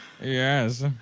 Yes